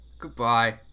Goodbye